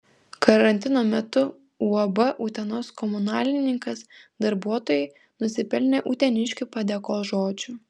karantino metu uab utenos komunalininkas darbuotojai nusipelnė uteniškių padėkos žodžių